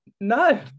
no